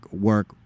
work